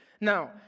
Now